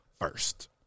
first